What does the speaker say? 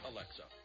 Alexa